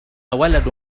ولد